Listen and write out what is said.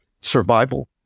survival